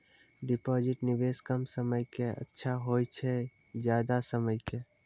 Deposit निवेश कम समय के के अच्छा होय छै ज्यादा समय के?